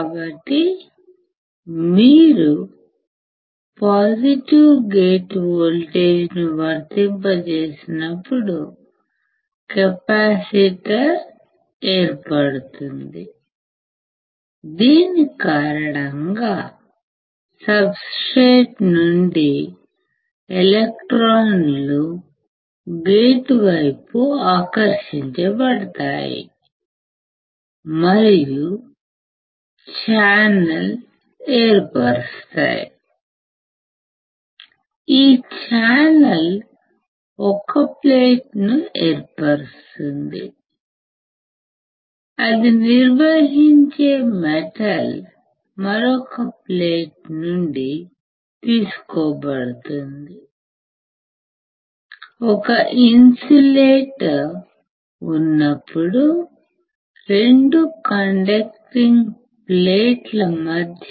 కాబట్టి మీరు positive gate వోల్టేజ్ను వర్తింపజేసినప్పుడు కెపాసిటర్ ఏర్పడుతుంది దీని కారణంగా సబ్స్ట్రేట్ నుండి ఎలక్ట్రాన్లు గేట్ వైపు ఆకర్షించ బడతాయి మరియు ఛానల్ ను ఏర్పరుస్తాయి ఈ ఛానల్ 1 ప్లేట్ను ఏర్పరుస్తుంది అది నిర్వహించే మెటల్ మరొక ప్లేట్ నుండి తీసుకోబడుతుంది ఒక ఇన్సులేటర్ ఉన్నప్పుడు 2 కండక్టింగ్ ప్లేట్ల మధ్య